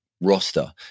roster